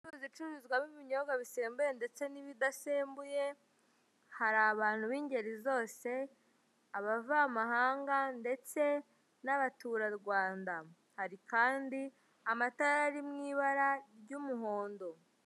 Curuzi icururizwamo ibinyobwa bisembuye ndetse n'ibidasembuye, hari abantu b'ingeri zose, abavamahanga ndetse n'abaturarwanda, hari kandi amata ari mu ibara ry'umuhondo.